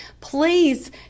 please